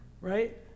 Right